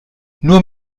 nur